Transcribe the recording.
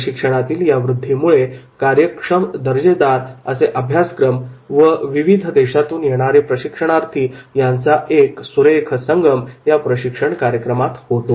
प्रशिक्षणातील या वृद्धीमुळे कार्यक्षम दर्जेदार असे अभ्यासक्रम व विविध देशातून येणारे प्रशिक्षणार्थी यांचा एक सुरेख संगम या प्रशिक्षण कार्यक्रमात होतो